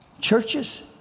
churches